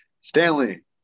Stanley